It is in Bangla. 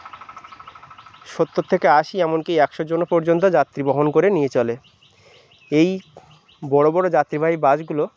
সত্তর থেকে আশি এমনকি একশো জনও পর্যন্ত যাত্রী বহন করে নিয়ে চলে এই বড় বড় যাত্রীবাহী বাসগুলো